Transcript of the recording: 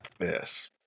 Yes